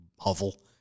hovel